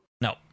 No